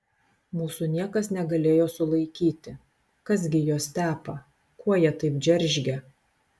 mūsų niekas negalėjo sulaikyti kas gi juos tepa ko jie taip džeržgia